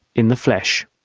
in the flesh.